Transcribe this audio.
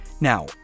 Now